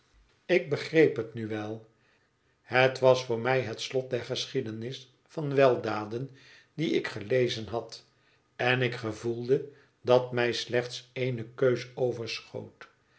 ik begreep het nu wel het was voor mij het slot der geschiedenis van weldaden die ik gelezen had en ik gevoelde dat mij slechts ééne keus overschoot